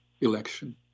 election